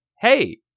hey